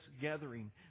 gathering